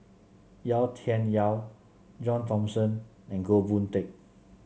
Yau Tian Yau John Thomson and Goh Boon Teck